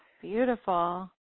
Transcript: Beautiful